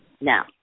Now